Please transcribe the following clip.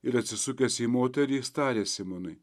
ir atsisukęs į moterys jis tarė simonui